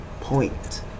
point